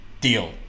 deal